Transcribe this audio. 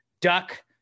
duck